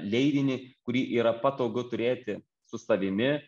leidinį kurį yra patogu turėti su savimi